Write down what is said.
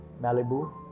Malibu